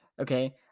Okay